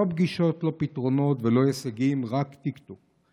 לא פגישות לא פתרונות ולא הישגים, רק טיקטוק.